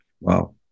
Wow